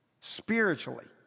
spiritually